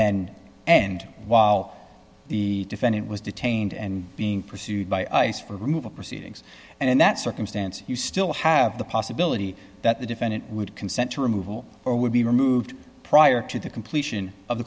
then and while the defendant was detained and being pursued by ice for removal proceedings and in that circumstance you still have the possibility that the defendant would consent to removal or would be removed prior to the completion of the